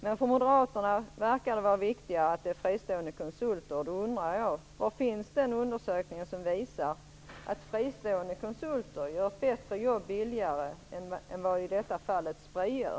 Men för moderaterna verkar det vara viktigare att det är fristående konsulter, och då undrar jag: Var finns den undersökning som visar att fristående konsulter gör ett bättre jobb billigare än Spri gör?